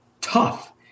tough